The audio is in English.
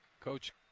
Coach